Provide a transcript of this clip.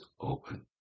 open